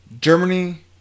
Germany